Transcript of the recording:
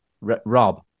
Rob